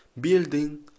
Building